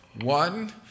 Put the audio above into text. One